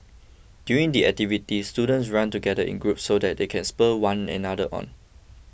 during the activity students run together in groups so that they can spur one another on